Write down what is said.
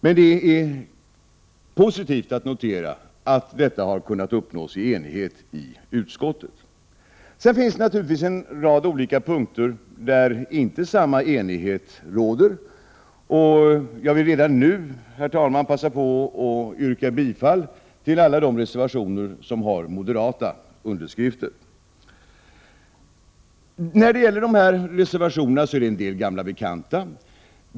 Men det är positivt att notera att detta har kunnat uppnås i enighet i utskottet. Vidare finns det naturligtvis en rad olika punkter där inte samma enighet råder. Jag vill redan nu, herr talman, yrka bifall till alla reservationer med moderata namn. Av dessa reservationer är en del gamla bekanta.